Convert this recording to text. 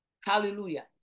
Hallelujah